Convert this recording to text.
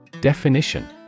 Definition